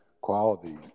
quality